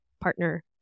partner